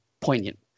poignant